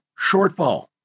shortfall